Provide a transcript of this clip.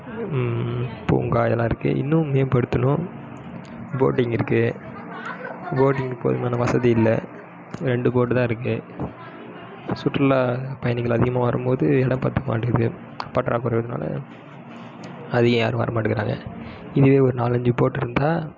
பூங்கா இதெல்லாம் இருக்குது இன்னும் மேம்படுத்தணும் போட்டிங் இருக்குது போட்டிங் போயிருந்தோம் ஆனால் வசதி இல்லை ரெண்டு போட் தான் இருக்குது சுற்றுலாப்பயணிகள் அதிகமாக வரும்போது இடம் பற்ற மாட்டேங்குது பற்றாக்குறையினால் அதிகம் யாரும் வரமாட்டேங்கிறாங்க இதுவே ஒரு நாலஞ்சு போட் இருந்தால்